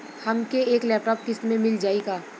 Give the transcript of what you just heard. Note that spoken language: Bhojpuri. हमके एक लैपटॉप किस्त मे मिल जाई का?